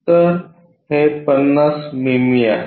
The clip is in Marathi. तर हे 50 मिमी आहे